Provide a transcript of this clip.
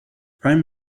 prime